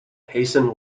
hasten